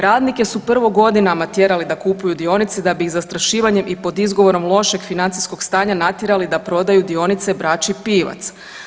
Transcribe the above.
Radnike su prvo godinama tjerali da kupuju dionice, da bi ih zastrašivanjem i pod izgovorom lošeg financijskog stanja natjerali da prodaju dionice braći Pivac.